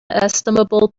estimable